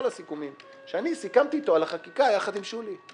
הסיכומים שאני סיכמתי אתו על החקיקה יחד עם שולי.